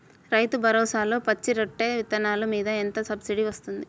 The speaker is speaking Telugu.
రైతు భరోసాలో పచ్చి రొట్టె విత్తనాలు మీద ఎంత సబ్సిడీ ఇస్తుంది?